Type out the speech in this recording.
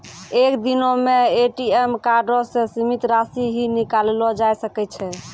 एक दिनो मे ए.टी.एम कार्डो से सीमित राशि ही निकाललो जाय सकै छै